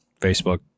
facebook